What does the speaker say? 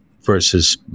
Versus